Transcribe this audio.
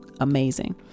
Amazing